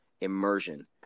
immersion